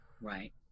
right